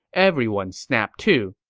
everyone snapped to.